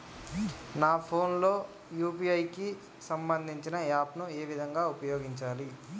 నా ఫోన్ లో యూ.పీ.ఐ కి సంబందించిన యాప్ ను ఏ విధంగా ఉపయోగించాలి?